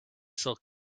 silk